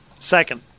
Second